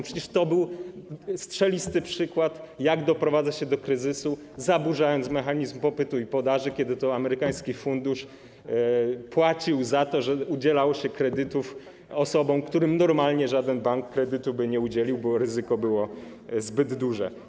Przecież to był strzelisty przykład, jak doprowadza się do kryzysu, zaburzając mechanizm popytu i podaży, kiedy to amerykański fundusz płacił za to, że udzielało się kredytów osobom, którym normalnie żaden bank kredytu by nie udzielił, bo ryzyko było zbyt duże.